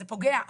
זה פוגע,